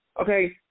okay